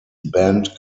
band